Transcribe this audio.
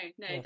no